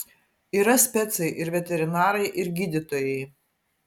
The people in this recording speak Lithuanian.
yra specai ir veterinarai ir gydytojai